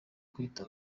kwita